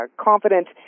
confident